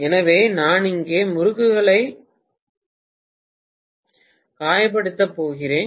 எனவே நான் இங்கே முறுக்குகளை காயப்படுத்தப் போகிறேன்